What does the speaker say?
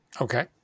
okay